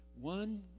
One